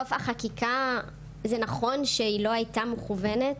זה נכון שהחקיקה לא הייתה מכוונת